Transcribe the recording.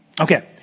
Okay